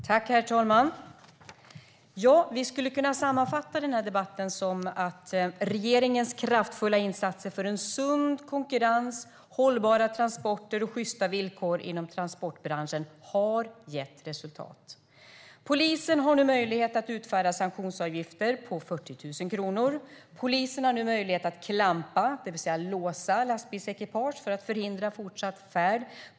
Herr talman! Vi skulle kunna sammanfatta den här debatten så här: Regeringens kraftfulla insatser för en sund konkurrens, hållbara transporter och sjysta villkor inom transportbranschen har gett resultat. Polisen har nu möjlighet att ta ut en sanktionsavgift på 40 000 kronor. Polisen har nu möjlighet att klampa, det vill säga låsa lastbilsekipage för att förhindra fortsatt färd.